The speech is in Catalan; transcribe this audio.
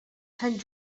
sant